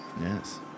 Yes